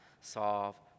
solve